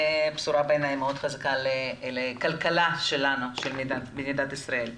בשורה בעיניי מאוד חזקה לכלכלה של מדינת ישראל.